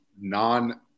non